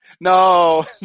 no